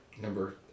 Number